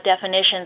definitions